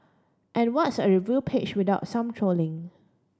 and what's a review page without some trolling